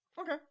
okay